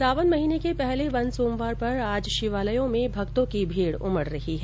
सावन महीने के पहले वन सोमवार पर आज शिवालयों में भक्तों की भीड उमड रही है